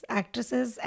actresses